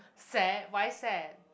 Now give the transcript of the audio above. sad why sad